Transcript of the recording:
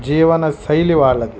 జీవన శైలి వాళ్ళది